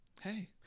Hey